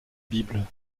bible